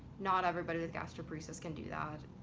not everybody that gastroparesis can do that.